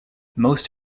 most